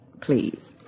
please